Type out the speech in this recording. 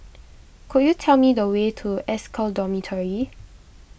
could you tell me the way to S Cal Dormitory